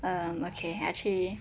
um okay actually